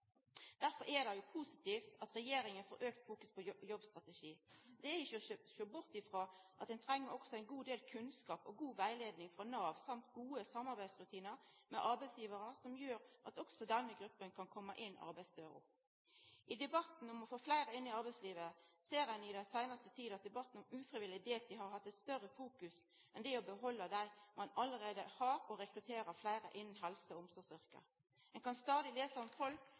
Derfor er det positivt at regjeringa har auka fokus på jobbstrategi. Det er ikkje å sjå bort frå at ein òg treng ein god del kunnskap og god rettleiing frå Nav og gode samarbeidsrutinar med arbeidsgivarar for at òg denne gruppa kan koma inn arbeidsdøra. I debatten om å få fleire inn i arbeidslivet ser ein i den seinare tida at debatten om ufrivillig deltid har hatt eit større fokus enn det å behalda dei ein allereie har, og rekruttera fleire innan helse- og omsorgsyrke. Ein kan stadig lesa om folk